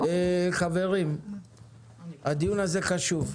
חברים, הדיון הזה חשוב.